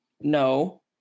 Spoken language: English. no